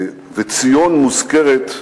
וציון מוזכרת 173,